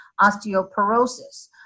osteoporosis